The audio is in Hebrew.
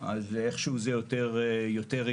אז איכשהו זה יותר הגיוני.